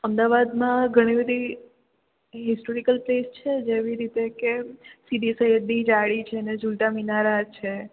અમદાવાદમાં ઘણી બધી હિસ્ટોરિકલ પ્લેસ છે જેવી રીતે કે સીદી સૈયદની જાળી છે ને ઝૂલતા મિનારા છે